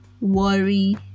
worry